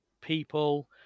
people